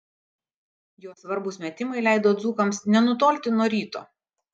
jo svarbūs metimai leido dzūkams nenutolti nuo ryto